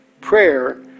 prayer